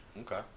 Okay